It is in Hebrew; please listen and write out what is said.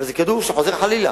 וזה כדור שחוזר חלילה.